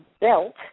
belt